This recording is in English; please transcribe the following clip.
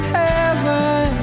heaven